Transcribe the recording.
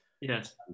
Yes